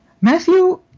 Matthew